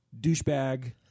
douchebag